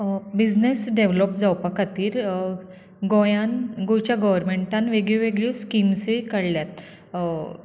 business develop जावपा खातीर गोंयांत गोंयच्या गर्वमेंटान वेगळी वेगळीं स्किम्सूय काडल्यात